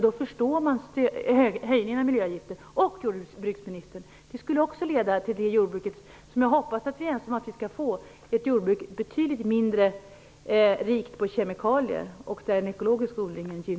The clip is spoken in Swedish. Det skulle, jordbruksministern, leda till det jordbruk jag hoppas vi är överens om att vi vill få, nämligen ett jordbruk betydligt mindre rikt på kemikalier, och ett som gynnar den ekologiska odlingen.